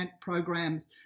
programs